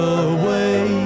away